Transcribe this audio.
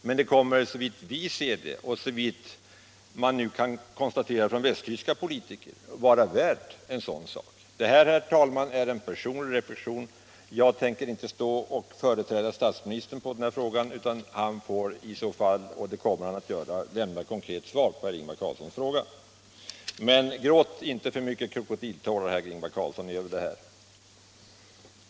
Men det kommer, såvitt vi ser och såvitt man nu kan konstatera bland västtyska politiker, att vara värt att göra en sådan sak. Detta, herr talman, är en personlig reflexion. Jag tänker inte stå och företräda statsministern i den här frågan. Han kommer att lämna ett konkret svar på herr Ingvar Carlssons fråga. Men gråt inte för mycket krokodiltårar, herr Ingvar Carlsson, över det här!